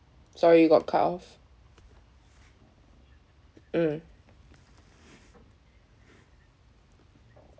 sorry you got cut off mm